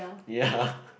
ya